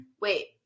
Wait